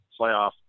playoff